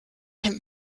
him